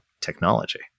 technology